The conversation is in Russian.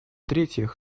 третьих